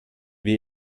wir